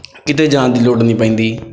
ਕਿਤੇ ਜਾਣ ਦੀ ਲੋੜ ਨਹੀਂ ਪੈਂਦੀ